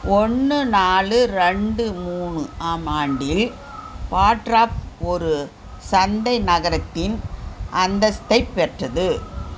ஒன்று நாலு ரெண்டு மூணு ஆம் ஆண்டில் பாட்ராப் ஒரு சந்தை நகரத்தின் அந்தஸ்தைப் பெற்றது